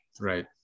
Right